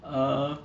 err